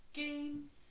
games